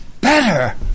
better